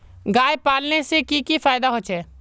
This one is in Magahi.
गाय पालने से की की फायदा होचे?